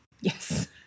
Yes